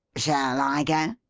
shall i go?